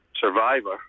survivor